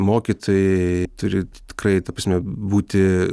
mokytojai turi tikrai ta prasme būti